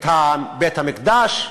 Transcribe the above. את בית-המקדש.